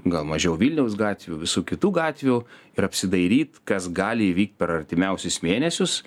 gal mažiau vilniaus gatvių visų kitų gatvių ir apsidairyt kas gali įvykt per artimiausius mėnesius